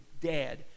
dead